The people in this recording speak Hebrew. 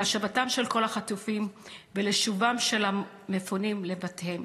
להשבתם של כל החטופים ולשובם של המפונים לבתיהם.